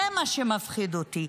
זה מה שמפחיד אותי.